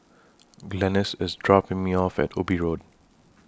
Glennis IS dropping Me off At Ubi Road